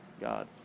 God